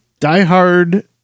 diehard